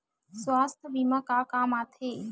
सुवास्थ बीमा का काम आ थे?